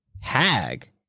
Hag